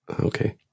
Okay